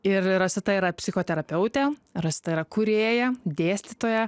ir rosita yra psichoterapeutė rosita yra kūrėja dėstytoja